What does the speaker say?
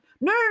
no